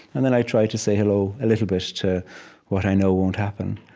and then i try to say hello a little bit to what i know won't happen.